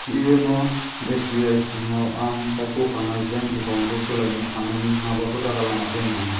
यन' एसबिआइ सिगाङाव आं सायख'खानाय बेंक एकाउन्टखौ सोलायनो हानायनि माबाफोर राहा लामा दं नामा